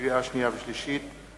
לקריאה שנייה ולקריאה שלישית,